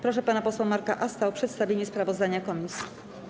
Proszę pana posła Marka Asta o przedstawienie sprawozdania komisji.